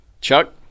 Chuck